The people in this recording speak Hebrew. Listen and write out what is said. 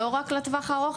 לא רק לטווח ארוך,